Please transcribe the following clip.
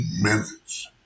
minutes